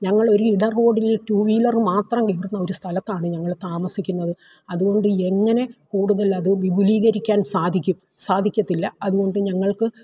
ഞങ്ങൾ ഒരു ഇട റോഡിൽ ടൂ വീലറ് മാത്രം കയറുന്ന ഒരു സ്ഥലത്താണ് ഞങ്ങള് താമസിക്കുന്നത് അതുകൊണ്ട് എങ്ങനെ കൂടുതൽ അത് വിപുലീകരിക്കാൻ സാധിക്കും സാധിക്കത്തില്ല അതുകൊണ്ട് ഞങ്ങൾക്ക്